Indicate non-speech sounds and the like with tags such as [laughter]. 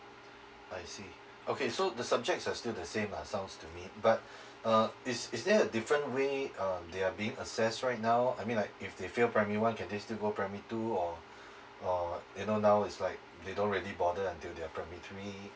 I see okay so the subjects are still the same lah sounds to me but [breath] uh is is there a different way um they are being assessed right now I mean like if they fail primary one can they still go primary two or [breath] or what you know now is like they don't really bother until they are primary three